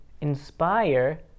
inspire